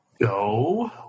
go